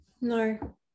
No